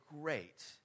great